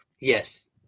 Yes